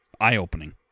eye-opening